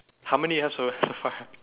how many you have so far